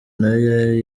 nayo